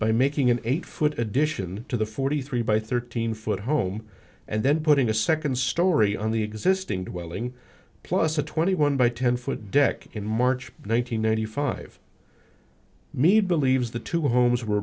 by making an eight foot addition to the forty three by thirteen foot home and then putting a second storey on the existing dwelling plus a twenty one by ten foot deck in march one thousand nine hundred five made believes the two homes were